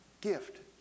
gift